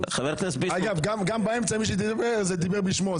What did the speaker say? אגב, גם מי שדיבר באמצע דיבר בשמו.